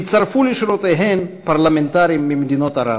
יצרפו לשורותיהן פרלמנטרים ממדינות ערב.